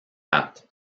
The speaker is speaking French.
pattes